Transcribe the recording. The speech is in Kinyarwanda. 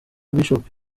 bishop